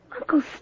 Uncle